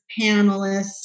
panelists